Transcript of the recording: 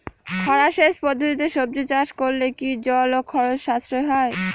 খরা সেচ পদ্ধতিতে সবজি চাষ করলে কি জল ও খরচ সাশ্রয় হয়?